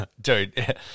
Dude